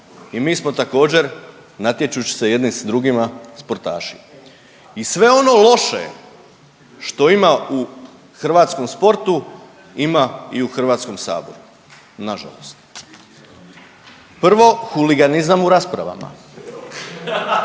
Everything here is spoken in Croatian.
i mi smo također natječući se jedni s drugima sportaši. I sve ono loše što ima u hrvatskom sportu ima i u HS-u, nažalost. Prvo, huliganizam u raspravama,